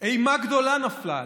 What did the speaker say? אימה גדולה נפלה עליהם.